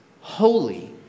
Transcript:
holy